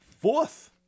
Fourth